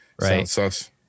Right